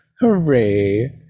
hooray